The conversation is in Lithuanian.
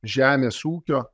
žemės ūkio